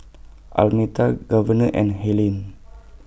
Almeta Governor and Helaine